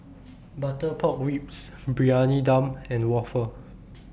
Butter Pork Ribs Briyani Dum and Waffle